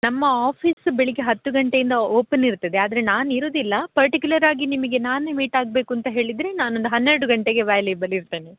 ನಮ್ಮ ಆಫೀಸ್ ಬೆಳಿಗ್ಗೆ ಹತ್ತು ಗಂಟೆಯಿಂದ ಓಪನ್ ಇರ್ತದೆ ಆದರೆ ನಾನು ಇರೋದಿಲ್ಲ ಪರ್ಟಿಕ್ಯುಲರಾಗಿ ನಿಮಗೆ ನಾನೇ ಮೀಟಾಗಬೇಕು ಅಂತ ಹೇಳಿದರೆ ನಾನೊಂದು ಹನ್ನೆರಡು ಗಂಟೆಗೆ ಅವೈಲೆಬಲ್ ಇರ್ತೇನೆ